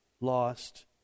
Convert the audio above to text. lost